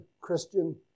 Christian